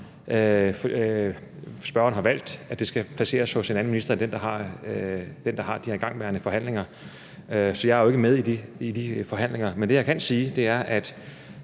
Spørgeren har valgt, at det skal placeres hos en anden minister end den, der har de her igangværende forhandlinger, så jeg er jo ikke med i de forhandlinger. Men det, jeg kan sige, er, at